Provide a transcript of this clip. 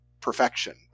perfection